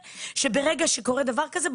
שברגע שקורה דבר כזה,